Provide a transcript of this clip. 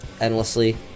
endlessly